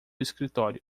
escritório